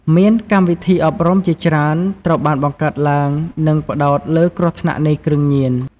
មានកម្មវិធីអប់រំជាច្រើន ត្រូវបានបង្កើតឡើងនិងផ្តោតលើគ្រោះថ្នាក់នៃគ្រឿងញៀន។